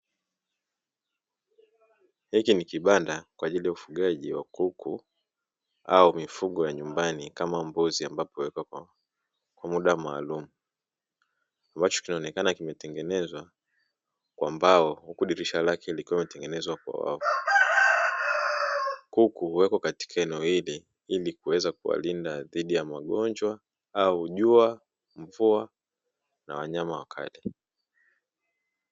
Hiki ni kibanda kwa ajili ya ufugaji wa kuku au mifugo ya nyumbani kama mbuzi, ambapo huwekwa kwa muda maalumu ambacho kinaonekana kimetengenezwa kwa mbao huku dirisha lake likawatengenezwa kwa wavu, kuku huwekwa katika eneo hili ili kuweza kuwalinda dhidi ya magonjwa au ,jua ,mvua na wanyama wakali.